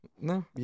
no